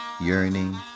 yearning